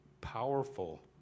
powerful